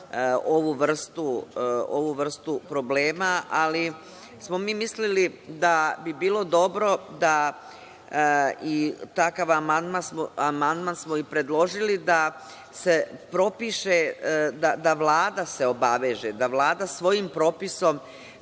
ovu vrstu problema. Ali, mi smo mislili da bi bilo dobro da, i takav amandman smo i predložili, da se propiše, da se Vlada obaveže, da Vlada svojim propisom